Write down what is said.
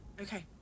Okay